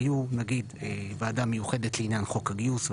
הייתה ועדה מיוחדת לעניין חוק הגיוס,